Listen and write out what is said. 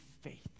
faith